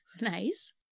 Nice